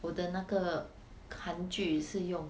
我的那个韩剧是用